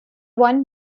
one